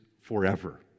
forever